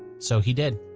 so he did.